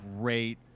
great